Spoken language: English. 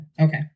Okay